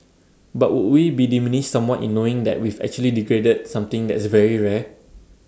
but would we be diminished somewhat in knowing that we've actually degraded that something that's very rare